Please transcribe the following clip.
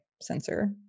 sensor